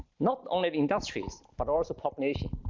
not only the industries but also population.